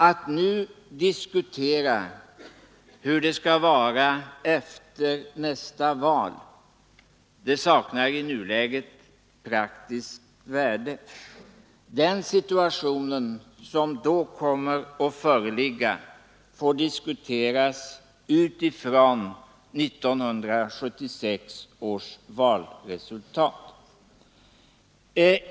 Att nu diskutera hur det blir efter nästa val saknar i nuläget praktiskt värde. Den situation som då kommer att föreligga får diskuteras utifrån 1976 års valresultat.